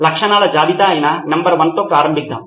లక్షణాల జాబితా అయిన నంబర్ 1 తో ప్రారంభిద్దాం